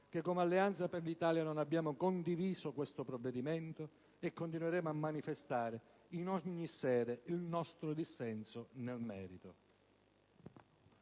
che, come Alleanza per l'Italia, non abbiamo condiviso questo provvedimento e continueremo a manifestare in ogni sede il nostro dissenso nel merito.